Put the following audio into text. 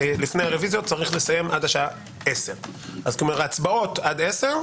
עד השעה 10:00. ההצבעות עד 10:00,